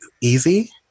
easy